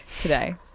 today